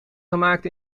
gemaakt